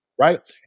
right